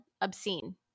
obscene